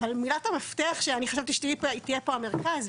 אבל מילת המפתח שאני חשבתי שתהיה פה המרכז,